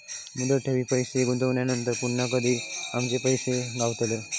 मुदत ठेवीत पैसे गुंतवल्यानंतर पुन्हा कधी आमचे पैसे गावतले?